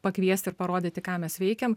pakviesti ir parodyti ką mes veikiam